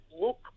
look